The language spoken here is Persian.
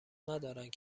ندارند